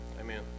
Amen